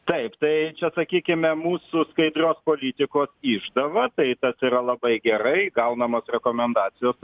taip tai čia sakykime mūsų skaidrios politikos išdava tai tas yra labai gerai gaunamos rekomendacijos